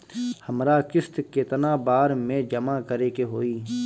हमरा किस्त केतना बार में जमा करे के होई?